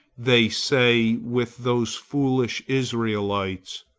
they say with those foolish israelites,